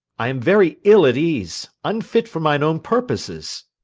i am very ill at ease, unfit for mine own purposes.